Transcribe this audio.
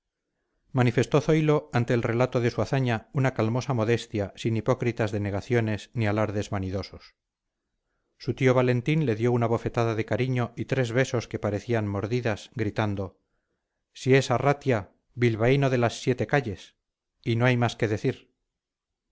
manifestó zoilo ante el relato de su hazaña una calmosa modestia sin hipócritas denegaciones ni alardes vanidosos su tío valentín le dio una bofetada de cariño y tres besos que parecían mordidas gritando si es arratia bilbaíno de las siete calles y no hay más que decir